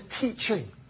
teaching